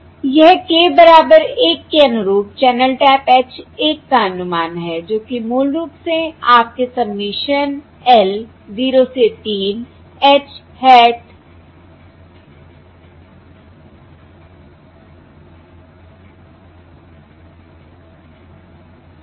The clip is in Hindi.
यह k बराबर 1 के अनुरूप चैनल टैप h 1 का अनुमान है जो कि मूल रूप से आपके सबमिशन l 0 से 3 H hat l e की power j pie by 2 k l है